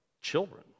children